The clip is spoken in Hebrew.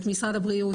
את משרד הבריאות,